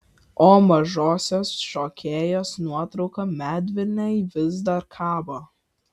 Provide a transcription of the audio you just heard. o mažosios šokėjos nuotrauka medvilnėj vis dar kabo